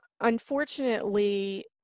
unfortunately